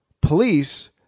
police